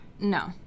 No